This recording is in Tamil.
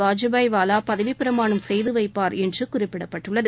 வாஜூபாய் வாள பதவிப்பிரமாணம் செய்து வைப்பார் என்று குறிப்பிடப்பட்டுள்ளது